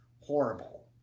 horrible